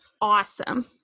awesome